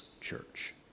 church